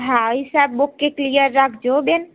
હા હિસાબ બહુ ક્લિયર રાખજો હોં બેન